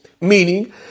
Meaning